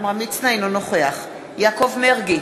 אינו נוכח יעקב מרגי,